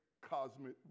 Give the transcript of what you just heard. cosmic